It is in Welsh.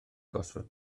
gosford